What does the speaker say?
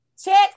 check